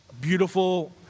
beautiful